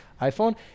iphone